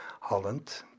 Holland